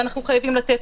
ואנחנו חייבים לתת.